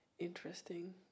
interesting